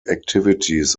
activities